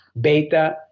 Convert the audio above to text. Beta